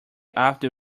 after